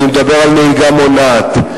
אני מדבר על נהיגה מונעת,